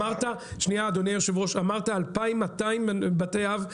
אמרת 2,200 בתי אב.